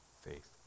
faith